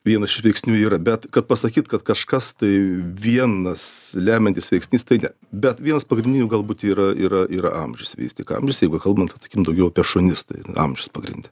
vienas iš veiksnių yra bet kad pasakyt kad kažkas tai vienas lemiantis veiksnys tai ne bet vienas pagrindinių galbūt yra yra yra amžius vis tik amžius jeigu kalbant sakykim daugiau apie šunis tai amžius pagrinde